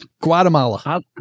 Guatemala